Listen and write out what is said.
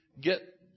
get